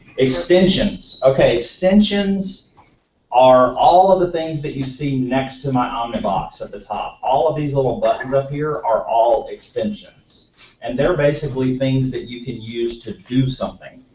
extensions, okay, extensions are all of the things that you see next to my omnibox at the top. all of these little buttons up here are all extensions and they're basically things that you can use to do something.